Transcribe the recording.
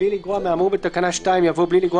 ״בלי לגרוע מהאמור בתקנה 2״ יבוא "בלי לגרוע